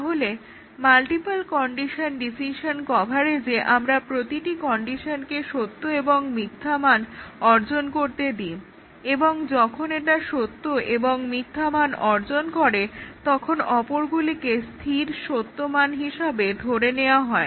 তাহলে multiple condition decision কভারেজে আমরা প্রতিটি কন্ডিশনকে সত্য এবং মিথ্যা মান অর্জন করতে দিই এবং যখন এটা সত্য এবং মিথ্যা মান অর্জন করে তখন অপরগুলিকে স্থির সত্য মান হিসেবে ধরে নেওয়া হয়